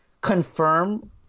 confirm